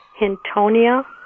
Hintonia